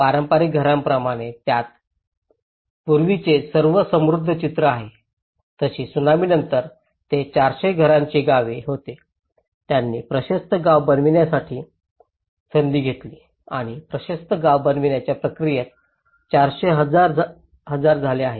पारंपारिक घरांप्रमाणे ज्यात पूर्वीचे सर्व समृद्ध चरित्र आहे तशी त्सुनामीनंतर ते चारशे घरांचे गाव होते ज्यांनी प्रशस्त गाव बनविण्याची संधी घेतली आणि प्रशस्त गाव बनवण्याच्या प्रक्रियेत 400 हजार झाले आहेत